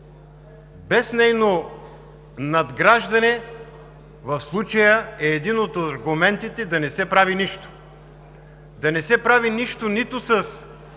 без нейното надграждане в случая е един от аргументите да не се прави нищо. Да не се прави нищо нито с